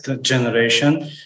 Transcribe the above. generation